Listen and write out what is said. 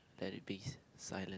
let it be silent